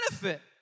benefit